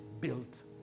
built